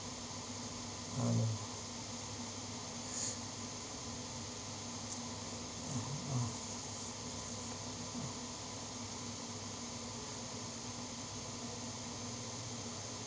uh uh